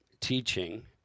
teaching